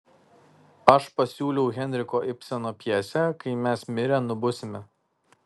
aš pasiūliau henriko ibseno pjesę kai mes mirę nubusime